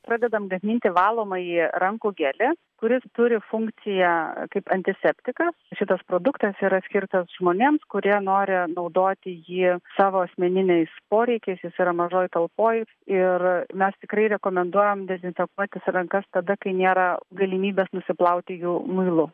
pradedam gaminti valomąjį rankų gelį kuris turi funkciją kaip antiseptikas šitas produktas yra skirtas žmonėms kurie nori naudoti jį savo asmeniniais poreikiais jis yra mažoj talpoj ir mes tikrai rekomenduojam dezinfekuotis rankas tada kai nėra galimybės nusiplauti jų muilu